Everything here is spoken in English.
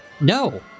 No